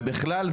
ובכלל,